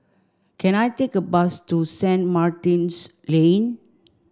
can I take a bus to Saint Martin's Lane